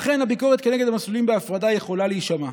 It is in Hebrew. אכן, הביקורת כנגד המסלולים בהפרדה יכולה להישמע.